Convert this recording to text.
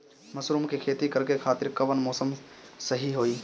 Mushroom के खेती करेके खातिर कवन मौसम सही होई?